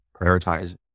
prioritize